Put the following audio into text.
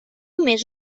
més